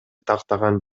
тактаган